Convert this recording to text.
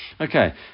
Okay